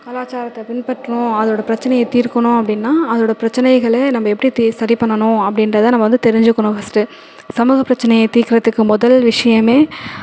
கலாச்சாரத்தை பின்பற்றணும் அதோடய பிரச்சனையை தீர்க்கணும் அப்பயடினா அதோட பிரச்சனைகளை நம்ம தி எப்படி சரி பண்ணணும் அப்படிங்குறத நம்ம வந்து தெரிஞ்சிக்கணும் ஃபஸ்ட்டு சமூக பிரச்சனையை தீர்க்குறதுக்கு முதல் விஷயமே